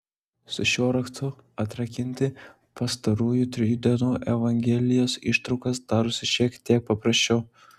su šiuo raktu atrakinti pastarųjų trijų dienų evangelijos ištraukas darosi šiek tiek paprasčiau